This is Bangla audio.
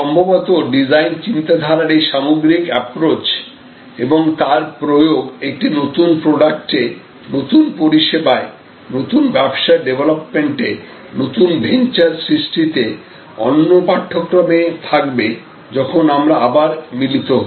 সম্ভবত ডিজাইন চিন্তাধারার এই সামগ্রীক অ্যাপ্রচ এবং তার প্রয়োগ একটি নতুন প্রডাক্ট এ নতুন পরিষেবায় নতুন ব্যবসা ডেভলপমেন্টে নতুন ভেনচার সৃষ্টিতে অন্য পাঠ্যক্রমে থাকবে যখন আমরা আবার মিলিত হবো